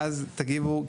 ואז תגיבו,